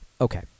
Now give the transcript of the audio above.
Okay